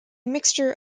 mixture